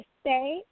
stay